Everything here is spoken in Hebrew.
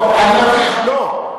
ל-18, כן.